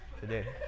today